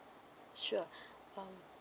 sure um